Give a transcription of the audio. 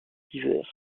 divers